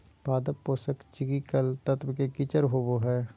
पादप पोषक चिकिकल तत्व के किचर होबो हइ